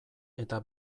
eta